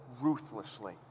ruthlessly